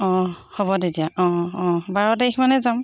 অঁ হ'ব তেতিয়া অঁ অঁ বাৰ তাৰিখমানে যাম